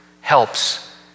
helps